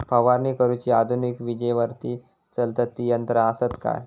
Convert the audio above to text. फवारणी करुची आधुनिक विजेवरती चलतत ती यंत्रा आसत काय?